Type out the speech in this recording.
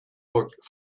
book